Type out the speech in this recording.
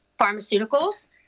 pharmaceuticals